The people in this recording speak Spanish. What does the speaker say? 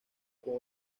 con